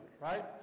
right